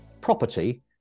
property